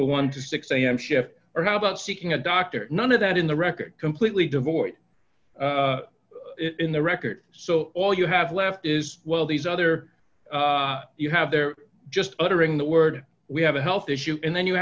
the one to six am shift or how about seeking a doctor none of that in the record completely devoid in the record so all you have left is well these other you have they're just uttering the word we have a health issue and then you